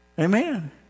Amen